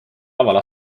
lavale